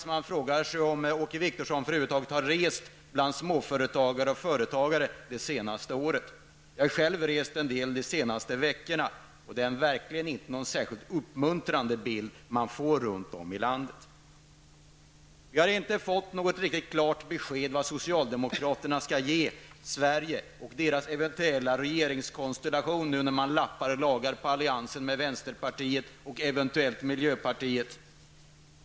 Man frågar sig om Åke Wictorsson över huvud taget har rest och träffat småföretagare och andra företagare under det senaste året. Jag har själv rest en del de senaste veckorna. Det är inte någon särskilt uppmuntrande bild man får runt om i landet. Vi har inte fått något riktigt klart besked om vad socialdemokraterna skall ge Sverige och om deras eventuella regeringskonstellation när man nu lappar och lagar på allianser med vänserpartiet och eventuellt miljöpartiet.